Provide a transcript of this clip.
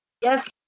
Yes